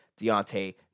Deontay